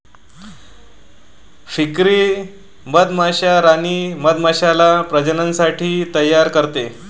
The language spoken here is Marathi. फ्रीकरी मधमाश्या राणी मधमाश्याला प्रजननासाठी तयार करते